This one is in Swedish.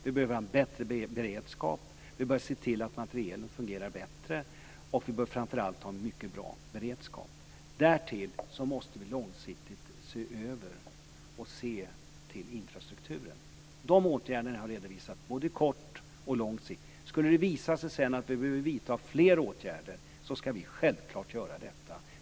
Vi behöver ha en bättre beredskap. Vi behöver se till att materielen fungerar bättre. Vi behöver framför allt ha en mycket bra beredskap. Därtill måste vi långsiktigt se över och se till infrastrukturen. De åtgärderna har jag redovisat, både på kort och på lång sikt. Skulle det sedan visa sig att vi behöver vidta fler åtgärder ska vi självfallet göra detta.